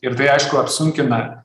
ir tai aišku apsunkina